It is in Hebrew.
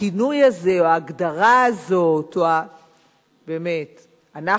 הכינוי הזה או ההגדרה הזאת, באמת, אנחנו,